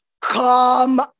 come